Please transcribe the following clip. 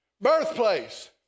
Birthplace